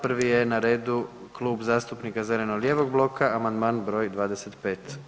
Prvi je na redu Klub zastupnika zeleno-lijevog bloka, amandman br. 25.